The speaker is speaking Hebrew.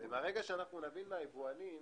ברגע שאנחנו נבין מהיבואנים